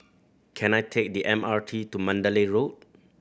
can I take the M R T to Mandalay Road